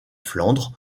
flandre